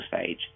stage